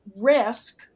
risk